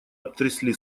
обтрясли